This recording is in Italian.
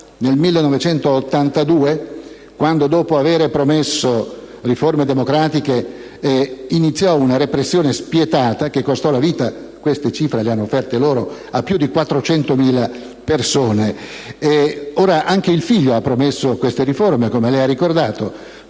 nel 1982, quando, dopo aver promesso riforme democratiche, iniziò un repressione spietata che costò la vita» - queste cifre le hanno offerte loro - «a più di 400.000 persone?». Ora, anche il figlio ha promesso queste riforme, come lei ha ricordato,